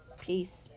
Peace